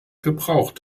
gebraucht